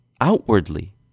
outwardly